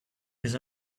with